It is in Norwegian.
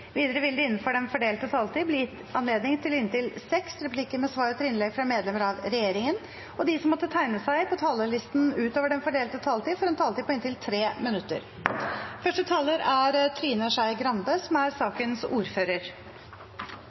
Vidare vil det – innanfor den fordelte taletida – verta gjeve høve til inntil seks replikkar med svar etter innlegg frå medlemer av regjeringa, og dei som måtte teikna seg på talarlista utover den fordelte taletida, får også ei taletid på inntil 3 minutt. Det er en enstemmig komité som